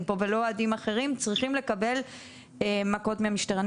פה ולא אוהדים אחרים צריכים לקבל מכות מהמשטרה.